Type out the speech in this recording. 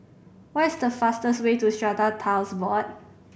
what is the fastest way to Strata Titles Board